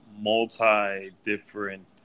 multi-different